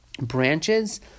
branches